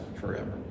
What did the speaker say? forever